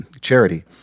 charity